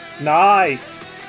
Nice